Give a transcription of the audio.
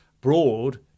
Broad